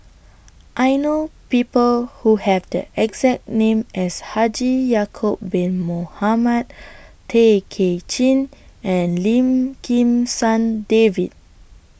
I know People Who Have The exact name as Haji Ya'Acob Bin Mohamed Tay Kay Chin and Lim Kim San David